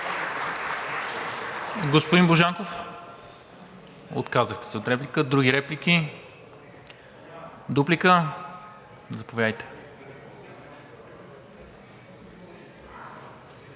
Господин Божанков? Отказахте се от реплика. Други реплики? Дуплика? Заповядайте.